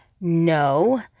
No